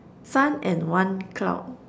sun and one cloud